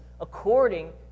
according